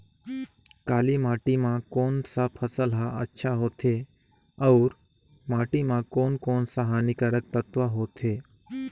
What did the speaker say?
काली माटी मां कोन सा फसल ह अच्छा होथे अउर माटी म कोन कोन स हानिकारक तत्व होथे?